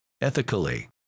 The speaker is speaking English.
ethically